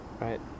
Right